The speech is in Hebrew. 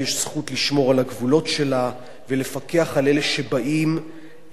לשמור על הגבולות שלה ולפקח על אלה שבאים בשעריה.